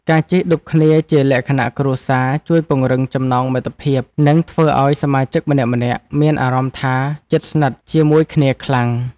ការជិះឌុបគ្នាជាលក្ខណៈគ្រួសារជួយពង្រឹងចំណងមិត្តភាពនិងធ្វើឱ្យសមាជិកម្នាក់ៗមានអារម្មណ៍ថាជិតស្និទ្ធជាមួយគ្នាខ្លាំង។